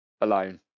alone